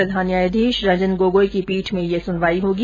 प्रधान न्यायाधीश रंजन गोगोई की पीठ में ये सुनवाई होगी